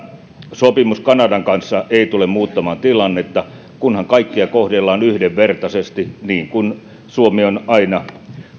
sopimus kanadan kanssa ei tule muuttamaan tilannetta kunhan kaikkia kohdellaan yhdenvertaisesti niin kuin suomi on aina